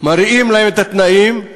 מרעים להם את התנאים,